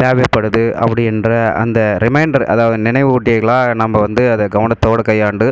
தேவைப்படுது அப்படின்ற அந்த ரிமைண்டர் அதாவது நினைவூட்டிகளாக நம்ம வந்து அதை கவனத்தோடு கையாண்டு